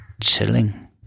chilling